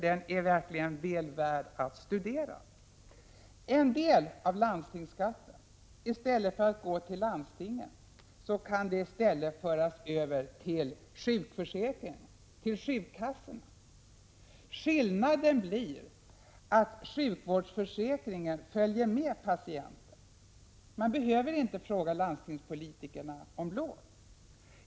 Den är verkligen väl värd att studera. En del av landstingsskatten kan, i stället för att gå till landstinget, gå till sjukvårdsförsäkringen, till sjukkassorna. Skillnaden blir att sjukvårdsförsäkringen följer med patienten. Man behöver inte fråga landstingspolitikerna om lov.